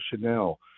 Chanel